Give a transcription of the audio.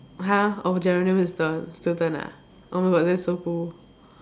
!huh! oh Geronimo Stilton Stilton ah oh my god that's so cool